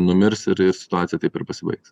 numirs ir į stituacija taip ir pasibaigs